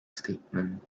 statement